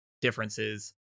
differences